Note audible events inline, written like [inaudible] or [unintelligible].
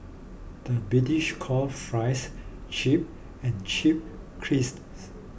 the British calls Fries Chips and chips [unintelligible]